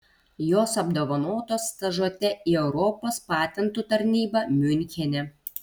jos apdovanotos stažuote į europos patentų tarnybą miunchene